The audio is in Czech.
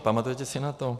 Pamatujete si na to?